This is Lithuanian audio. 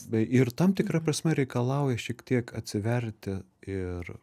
ir tam tikra prasme reikalauja šiek tiek atsiverti ir